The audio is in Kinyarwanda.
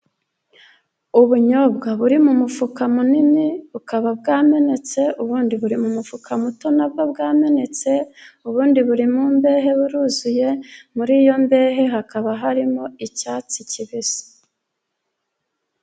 Ubunyobwa buri mu mufuka munini, bukaba bwamenetse, ubundi buri mu mufuka muto, na bwo bwamenetse, ubundi buri mu mbehe buruzuye, muri iyo mbehe hakaba harimo icyatsi kibisi.